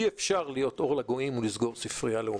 אי אפשר להיות אור לגויים ולסגור ספרייה לאומית.